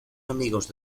amigos